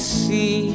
see